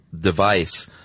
device